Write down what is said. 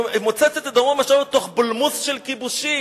"מוצצת את דמו ומשאביו תוך בולמוס של כיבושים".